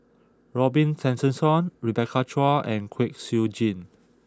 Robin Tessensohn Rebecca Chua and Kwek Siew Jin